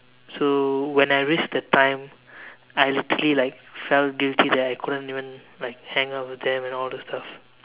so when I risk the time I literally like felt guilty that I couldn't even like hang out with them and all those stuff